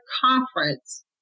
conference